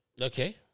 Okay